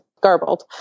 garbled